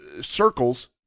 circles